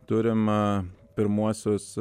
turim pirmuosius